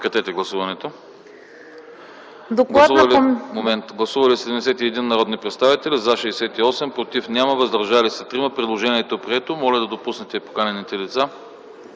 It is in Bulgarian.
предложение. Гласували 71 народни представители: за 68, против няма, въздържали се 3. Предложението е прието. Моля да допуснете поканените лица